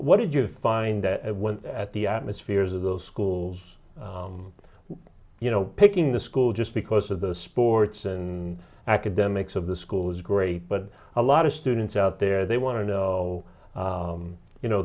what did you find at the atmospheres of those schools you know picking the school just because of the sports and academics of the school is great but a lot of students out there they want to know you know